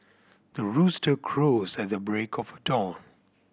the rooster crows at the break of dawn